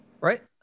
right